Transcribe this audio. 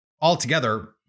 altogether